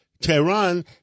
Tehran